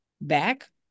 back